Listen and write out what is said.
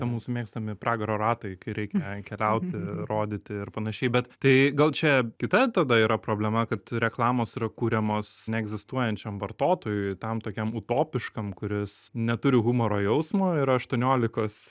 mūsų mėgstami pragaro ratai kai reikia keliauti rodyti ir panašiai bet tai gal čia kita tada yra problema kad reklamos yra kuriamos neegzistuojančiam vartotojui tam tokiam utopiškam kuris neturi humoro jausmo ir aštuoniolikos